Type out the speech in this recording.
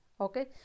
okay